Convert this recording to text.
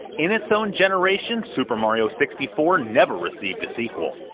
in its own generation super mario sixty four never received a sequel.